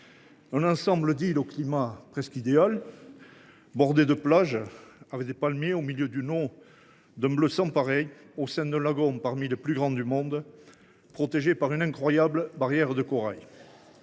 un ensemble d’îles au climat presque idéal, bordées de plages avec des palmiers, au milieu d’une eau d’un bleu sans pareil, au sein d’un lagon parmi les plus grands du monde, protégé par une incroyable barrière de corail…